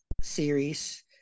series